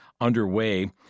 underway